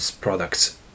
products